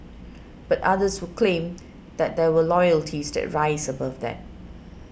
but others would claim that there are loyalties that rise above that